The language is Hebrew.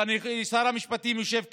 ושר המשפטים יושב כאן,